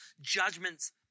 judgments